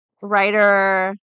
writer